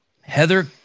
Heather